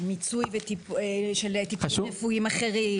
מיצוי של טיפולים רפואיים אחרים.